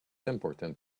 important